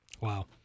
Wow